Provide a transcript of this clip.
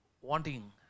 wanting